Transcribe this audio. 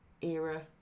era